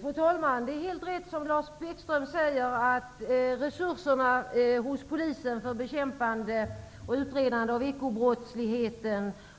Fru talman! Det är helt rätt, som Lars Bäckström säger, att resurserna hos polisen för bekämpande och utredande av ekobrottslighet